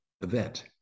event